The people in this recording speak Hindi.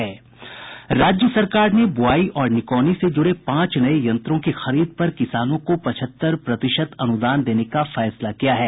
राज्य सरकार ने बुआई और निकौनी से जुड़े पांच नये यंत्रों की खरीद पर किसानों को पचहत्तर प्रतिशत अनुदान देने का फैसला किया है